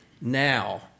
now